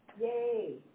Yay